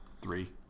Three